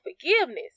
forgiveness